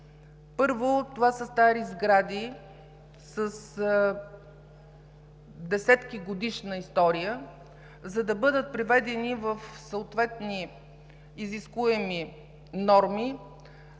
Първо, това са стари сгради с десетки години история. За да бъдат приведени в съответни изискуеми норми,